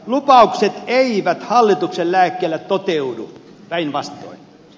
lupaukset eivät hallituksen lääkkeillä toteudu päinvastoin